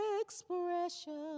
expression